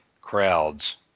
crowds